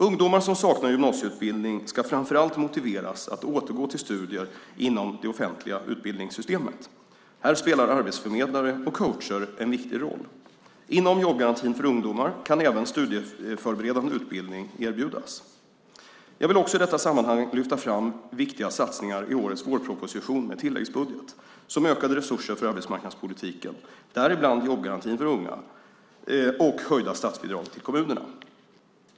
Ungdomar som saknar gymnasieutbildning ska framför allt motiveras att återgå till studier inom det offentliga utbildningssystemet - här spelar arbetsförmedlare och coacher en viktig roll. Inom jobbgarantin för ungdomar kan även studieförberedande utbildning erbjudas. Jag vill också i detta sammanhang lyfta fram viktiga satsningar i årets vårproposition med tilläggsbudget, som ökade resurser för arbetsmarknadspolitiken, däribland jobbgarantin för ungdomar, och höjda statsbidrag till kommunerna.